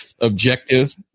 objective